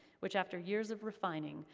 which after years of refining,